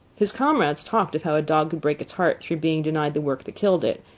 his comrades talked of how a dog could break its heart through being denied the work that killed it,